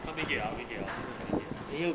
help me get orh help me get